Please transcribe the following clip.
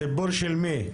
הסיפור של מי?